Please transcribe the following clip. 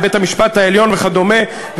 לבית-המשפט העליון וכדומה.